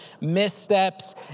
missteps